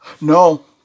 No